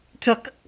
took